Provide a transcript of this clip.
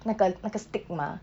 那个那个 stick mah